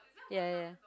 ya ya ya